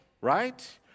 right